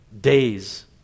days